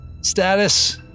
Status